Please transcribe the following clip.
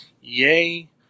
Yay